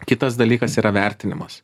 kitas dalykas yra vertinimas